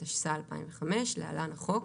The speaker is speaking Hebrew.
התשס"ה-2005 (להלן החוק),